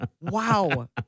Wow